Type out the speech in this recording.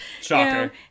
Shocker